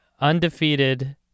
undefeated